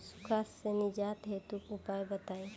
सुखार से निजात हेतु उपाय बताई?